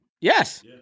Yes